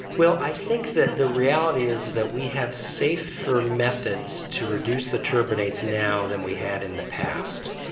well, i think that the reality is that we have safer methods to reduce the turbinates now than we had in the past.